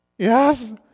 Yes